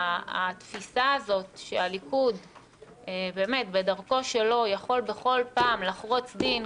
התפיסה הזאת שהליכוד באמת בדרכו שלו יכול בכל פעם לחרוץ דין,